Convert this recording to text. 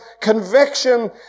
conviction